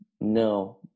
no